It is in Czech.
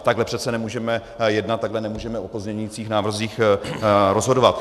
Takhle přece nemůžeme jednat, takhle nemůžeme o pozměňujících návrzích rozhodovat.